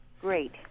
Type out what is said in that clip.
Great